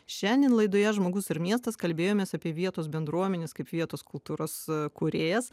šiandien laidoje žmogus ir miestas kalbėjomės apie vietos bendruomenės kaip vietos kultūros kūrėjas